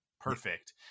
perfect